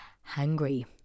Hungry